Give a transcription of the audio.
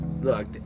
look